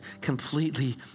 completely